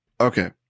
Okay